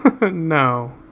No